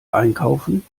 einkaufen